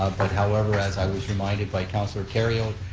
but however, as i was reminded by councilor kerrio,